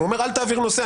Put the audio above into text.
הוא אומר: אל תעביר נושא,